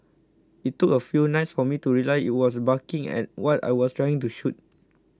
it took a few nights for me to realise it was barking at what I was trying to shoot